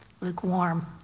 lukewarm